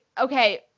okay